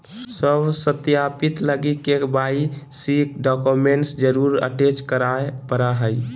स्व सत्यापित लगी के.वाई.सी डॉक्यूमेंट जरुर अटेच कराय परा हइ